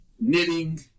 Knitting